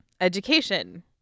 education